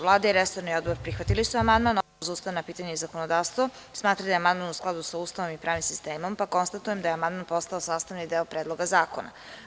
Vlada i resorni odbor prihvatili su amandman, a Odbor za ustavna pitanja i zakonodavstvo smatra da je amandman u skladu sa Ustavom i pravnim sistemom pa konstatujem da je amandman postao sastavni deo predloga zakona.